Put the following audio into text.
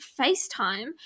FaceTime